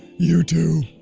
you too.